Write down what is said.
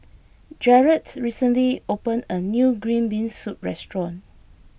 Jaret recently opened a new Green Bean Soup restaurant